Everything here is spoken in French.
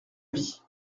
vie